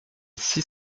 six